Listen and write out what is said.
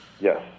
Yes